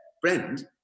friend